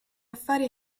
affari